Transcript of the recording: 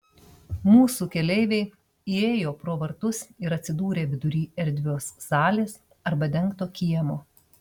mūsų keleiviai įėjo pro vartus ir atsidūrė vidury erdvios salės arba dengto kiemo